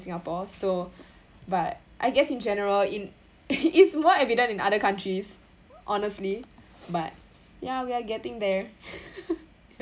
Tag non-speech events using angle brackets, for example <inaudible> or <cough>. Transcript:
singapore so but I guess in general in <laughs> it's more evident in other countries honestly but ya we are getting there <laughs>